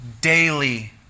daily